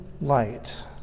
light